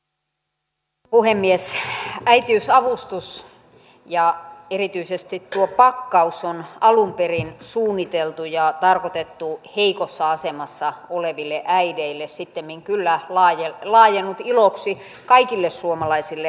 äitiysavustus ja erityisesti tuo äitiyspakkaus on alun perin suunniteltu ja tarkoitettu heikossa asemassa oleville äideille sittemmin kyllä laajennut iloksi kaikille suomalaisille äideille